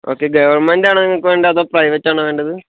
okay government ആണോ നിങ്ങൾക്ക് വേണ്ടത് അതോ പ്രൈവറ്റ് ആണോ വേണ്ടത്